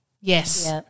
Yes